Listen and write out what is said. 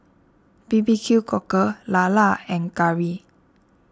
B B Q Cockle Lala and Curry